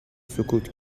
سکوت